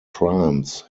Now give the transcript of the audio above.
crimes